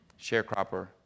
Sharecropper